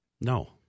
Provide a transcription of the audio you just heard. No